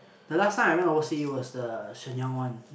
the last time I went overseas was the Shenyang one